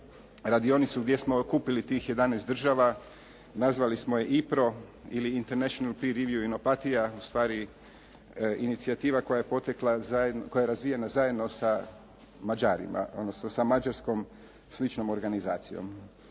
radionicu gdje smo okupili tih 11 država, nazvali smo je IPRO, ili international …/Govornik se ne razumije./… ustvari inicijativa koja je potekla zajedno, koja je razvijena zajedno sa mađarima, odnosno sa mađarskom sličnom organizacijom.